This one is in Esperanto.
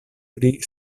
pri